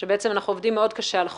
שבעצם אנחנו עובדים מאוד קשה על חוק,